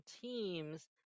teams